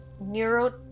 neuro